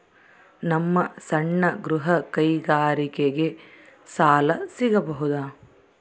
ನಮ್ಮ ಸಣ್ಣ ಗೃಹ ಕೈಗಾರಿಕೆಗೆ ಸಾಲ ಸಿಗಬಹುದಾ?